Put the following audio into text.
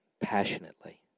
passionately